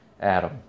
Adam